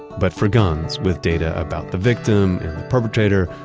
but for guns with data about the victim and perpetrator,